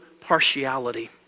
partiality